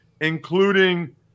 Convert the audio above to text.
Including